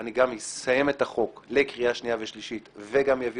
אני אסיים את החוק לקריאה שנייה ושלישית ואביא